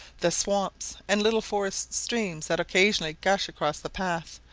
the swamps and little forest streams, that occasionally gush across the path,